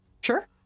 Sure